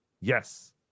Yes